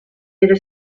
era